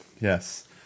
Yes